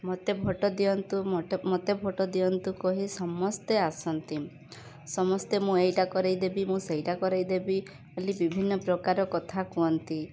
ମୋତେ ଭୋଟ୍ ଦିଅନ୍ତୁ ମୋତେ ଭୋଟ୍ ଦିଅନ୍ତୁ କହି ସମସ୍ତେ ଆସନ୍ତି ସମସ୍ତେ ମୁଁ ଏଇଟା କରାଇଦେବି ମୁଁ ସେଇଟା କରାଇଦେବି ବୋଲି ବିଭିନ୍ନ ପ୍ରକାର କଥା କୁହନ୍ତି